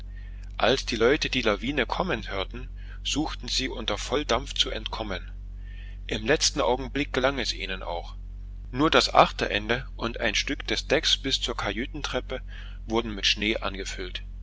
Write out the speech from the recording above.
als die leute die lawine kommen hörten suchten sie unter volldampf zu entkommen im letzten augenblick gelang es ihnen auch nur das achterende und ein stück des decks bis zur kajütentreppe wurden mit schnee angefüllt